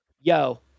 yo